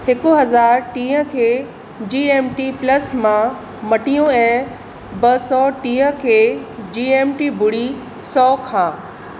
हिकु हज़ार टीह खे जी एम टी प्लस मां मटियो ऐं ॿ सौ टीह खे जी एम टी ॿुड़ी सौ खां